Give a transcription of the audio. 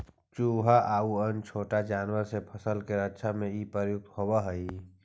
चुहा आउ अन्य छोटा जानवर से फसल के रक्षा में इ प्रयुक्त होवऽ हई